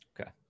Okay